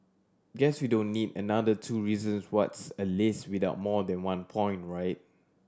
guess we don't need another two reasons what's a list without more than one point right